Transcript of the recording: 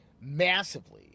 massively